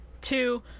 two